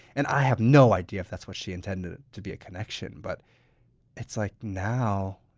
and i have no idea if that's what she intended to be a connection, but it's like, now,